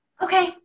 Okay